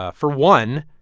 ah for one,